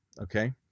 okay